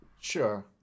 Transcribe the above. sure